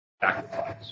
sacrifice